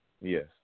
Yes